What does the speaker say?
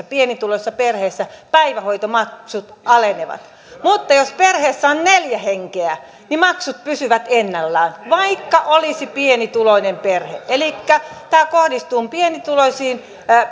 pienituloisissa perheissä päivähoitomaksut alenevat mutta jos perheessä on neljä henkeä niin maksut pysyvät ennallaan vaikka olisi pienituloinen perhe elikkä tämä kohdistuu pienituloisiin